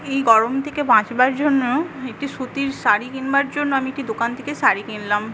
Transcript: এই গরম থেকে বাঁচবার জন্য একটি সুতির শাড়ি কিনবার জন্য আমি একটি দোকান থেকে শাড়ি কিনলাম